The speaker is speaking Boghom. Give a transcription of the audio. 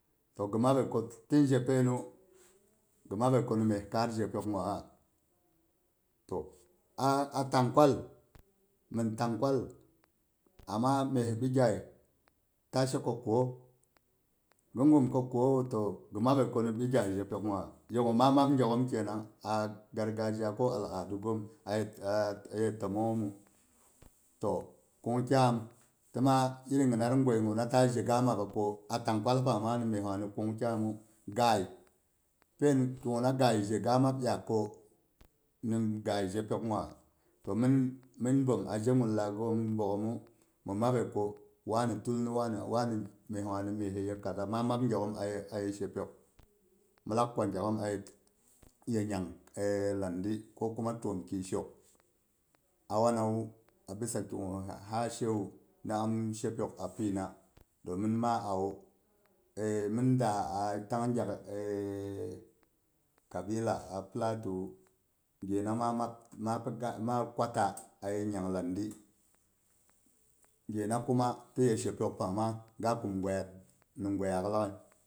To gi mabəi ko tim zhe painu gi mabəi ko məi kaar zhepyok gwa, aa tangkwal nim tangkwal amma məi bigyai ta she ko koo, gin kum ko koowu to, gi mabə koni biggai yega ma mab gyak'om kənang a gargazhiya ko al'adu goom, aye təmongnga. To, kungkyam, tɨ maa iri ginar goi guna a ta zhe ga maba ko a tangkwal pangma myes gwa ni kung kyaamu, ghai pain, kiguna ghaizhe ga mat dyaak ko myes ghai zhepyokgwa, to min min bəom a zhegunla gin bogghomu, mi mabəi ko, wani tul ni wani, wani tul ni wani, myes gwa ni myes ye kaza, ma mab gyak'oom aye aye shepyok. Mɨnlak gwa, gyak'oom aye nyang landi, ko kuma təomki shoh. Awanawu, abisa kigu ha shewa ni am shepyok a pyina. Domin maa awa min daa a tang gyak kabila a platowu, gyena ma mab, maa kwata aye nyang landi, gyena kuma tiye shepyok mu ga kum goiyat ni goiyaak lag'ai.